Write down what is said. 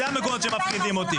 זה המקומות שמפחידים אותי.